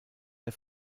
der